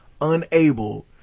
unable